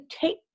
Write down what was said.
take